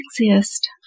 exist